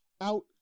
out